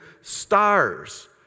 stars